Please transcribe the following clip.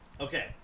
Okay